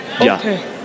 okay